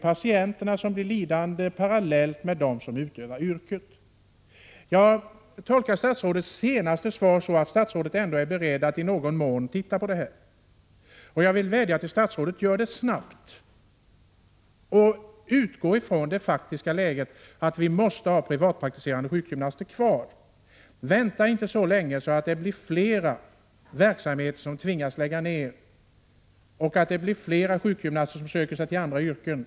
Patienterna blir lidande parallellt med dem som utövar yrket. Jag tolkar statsrådets senaste svar som att statsrådet ändå är beredd att i någon mån se på dessa saker. Jag vädjar till statsrådet: Gör det snabbt och utgå från det faktiska läget att vi måste ha privatpraktiserande sjukgymnaster kvar. Vänta inte så länge att flera verksamheter tvingas lägga ner och flera sjukgymnaster söker sig till andra yrken.